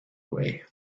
away